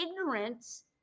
ignorance